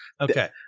Okay